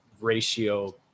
ratio